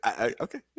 okay